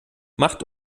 macht